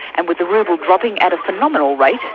and with the rouble dropping at a phenomenal rate,